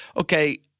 okay